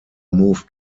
moved